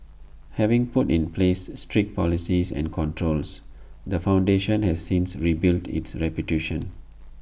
having put in place strict policies and controls the foundation has since rebuilt its reputation